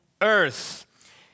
earth